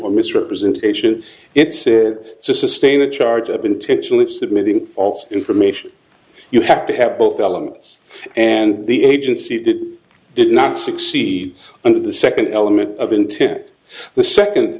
or misrepresentation it said to sustain a charge of intentionally submitting false information you have to have both elements and the agency did or did not succeed under the second element of intent the second